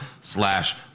slash